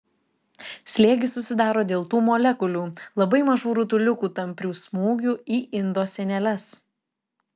slėgis susidaro dėl tų molekulių labai mažų rutuliukų tamprių smūgių į indo sieneles